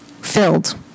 filled